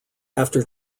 after